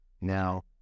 now